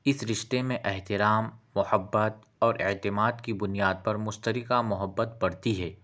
اس رشتے میں احترام محبت اور اعتماد کی بنیاد پر مشترکہ محبت بڑھتی ہے